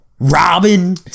Robin